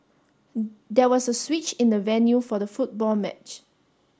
there was a switch in the venue for the football match